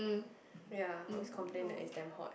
ya I was complain the extend hot